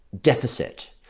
deficit